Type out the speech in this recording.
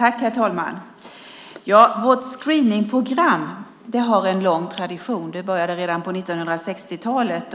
Herr talman! Vårt screeningsprogram har en lång tradition. Det började redan på 1960-talet.